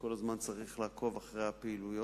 וכל הזמן צריך לעקוב אחר הפעילויות